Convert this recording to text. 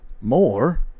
more